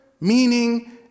meaning